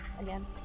again